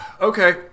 Okay